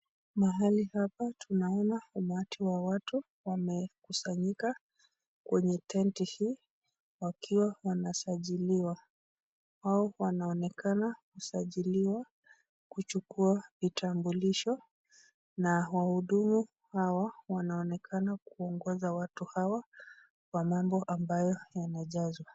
Mahali hapa tunaona umati wa watu wamekusanyika kwenye tenti hii wakiwa wanasajiliwa. Wao wanaonekana kusajiliwa kuchukua vitambulisho na wahudumu hawa wanaonekana kuongoza watu hawa kwa mambo ambayo yanajazwa.